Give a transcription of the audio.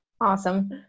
Awesome